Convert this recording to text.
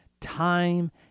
time